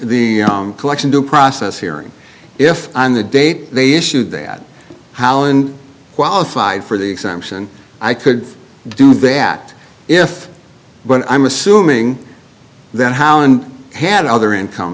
the collection due process hearing if on the date they issued that howland qualified for the exemption i could do that if but i'm assuming that how and had other income